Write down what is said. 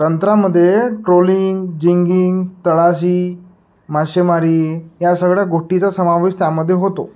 तंत्रामध्ये ट्रोलिंग जिंगिंग तळाशी मासेमारी या सगळ्या गोष्टीचा समावेश त्यामध्ये होतो